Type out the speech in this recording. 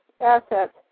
assets